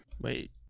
Wait